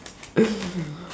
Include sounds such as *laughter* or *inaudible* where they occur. *laughs*